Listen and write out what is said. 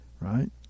Right